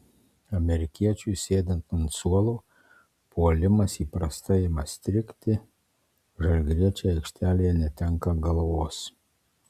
amerikiečiui sėdant ant suolo puolimas įprastai ima strigti žalgiriečiai aikštelėje netenka galvos